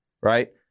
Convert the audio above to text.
right